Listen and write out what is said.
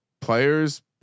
players